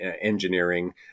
engineering